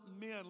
men